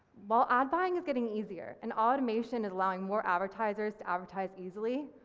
while odd buying is getting easier and automation is allowing more advertisers to advertise easily,